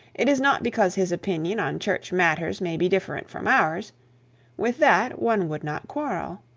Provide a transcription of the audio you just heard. it is not because his opinion on church matters may be different from ours with that one would not quarrel.